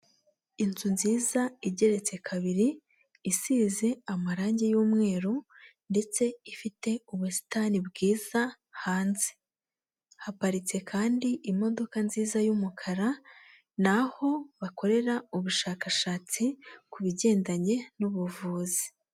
Inzu nziza igeretse kabiri, isize amarange y'umweru ndetse ifite ubusitani bwiza hanze. Haparitse kandi imodoka nziza y'umukara, ni aho bakorera ubushakashatsi ku bigendanye n'ubuvuzi.